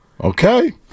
Okay